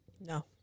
No